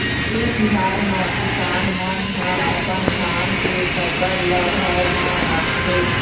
ए तिहार म किसान मन ह अपन धान के फसल ल घर म राखथे